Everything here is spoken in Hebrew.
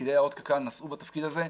פקידי יערות קק"ל נשאו בתפקיד הזה,